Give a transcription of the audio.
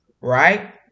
Right